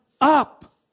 up